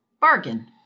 Bargain